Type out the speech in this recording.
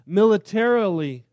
militarily